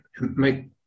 make